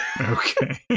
Okay